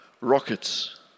rockets